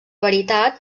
veritat